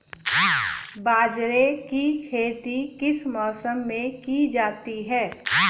बाजरे की खेती किस मौसम में की जाती है?